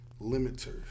limiters